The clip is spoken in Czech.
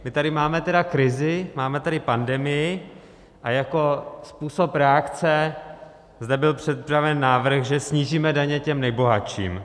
My tady máme tedy krizi, máme tady pandemii a jako způsob reakce zde byl představen návrh, že snížíme daně těm nejbohatším.